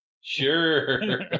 sure